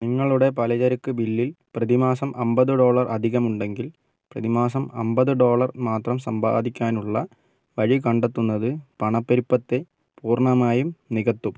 നിങ്ങളുടെ പലചരക്ക് ബില്ലിൽ പ്രതിമാസം അമ്പത് ഡോളർ അധികമുണ്ടെങ്കിൽ പ്രതിമാസം അമ്പത് ഡോളർ മാത്രം സമ്പാദിക്കാനുള്ള വഴി കണ്ടെത്തുന്നത് പണപ്പെരുപ്പത്തെ പൂർണ്ണമായും നികത്തും